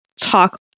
talk